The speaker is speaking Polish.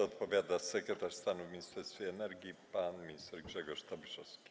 Odpowiada sekretarz stanu w Ministerstwie Energii pan minister Grzegorz Tobiszowski.